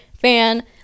fan